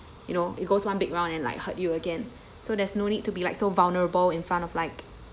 you know it goes one big round and like hurt you again so there's no need to be like so vulnerable in front of like